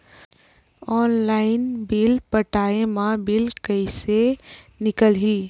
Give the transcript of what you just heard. Online bill पटाय मा bill कइसे निकलही?